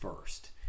first